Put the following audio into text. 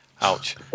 Ouch